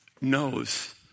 knows